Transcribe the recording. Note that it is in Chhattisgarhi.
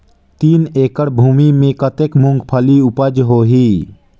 तीन एकड़ भूमि मे कतेक मुंगफली उपज होही?